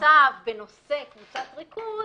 אם יהיה צו בנושא קבוצת ריכוז,